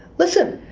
listen,